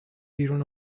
بیرون